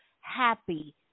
happy